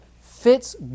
fits